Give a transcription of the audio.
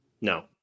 No